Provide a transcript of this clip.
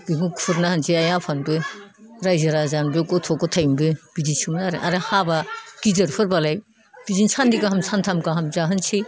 बेखौ खुरना होनोसै आइ आफानोबो रायजो राजानोबो गथ' गथायनोबो बिदिसोमोन आरो आरो हाबा गिदिरफोरबालाय बिदिनो साननै गाहाम सानथाम गाहाम जाहोनोसै